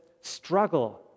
struggle